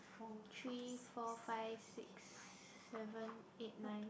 three four five six seven eight nine